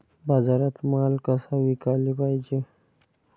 बाजारात माल कसा विकाले पायजे?